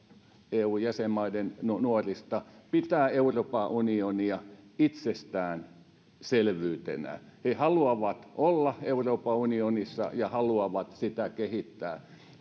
eu jäsenmaiden nuorista pitää euroopan unionia itsestäänselvyytenä he haluavat olla euroopan unionissa ja haluavat sitä kehittää